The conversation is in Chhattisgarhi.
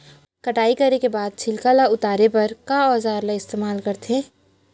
कटाई करे के बाद छिलका ल उतारे बर का औजार ल इस्तेमाल करथे?